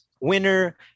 winner